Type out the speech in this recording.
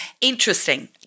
Interesting